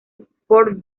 sport